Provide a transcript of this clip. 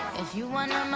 if you wanna